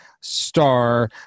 star